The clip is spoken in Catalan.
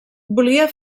volia